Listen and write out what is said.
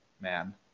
Man